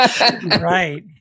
Right